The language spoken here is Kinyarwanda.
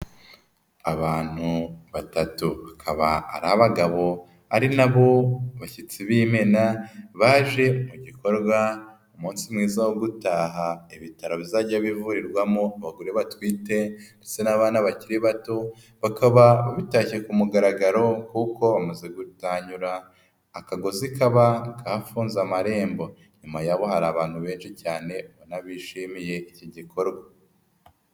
Abantu batatu bakaba ari abagabo ari na bo bashyitsi b'imena baje mu gikorwa ku munsi mwiza wo gutaha ibitaro bizajya bivurirwamo abagore batwite ndetse n'abana bakiri bato, bakaba babitashye ku mugaragaro kuko bamaze gutanyura akagozi kaba kafunze amarembo, inyuma y'aho hari abantu benshi cyane ubona bishimiye iki gikorwa.